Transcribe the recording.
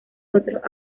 otros